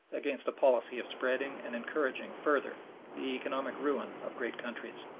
against a policy of spreading and encouraging further the economic ruin of great countries.